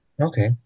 okay